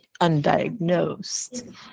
undiagnosed